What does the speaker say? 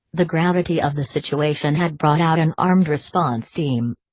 the gravity of the situation had brought out an armed response team.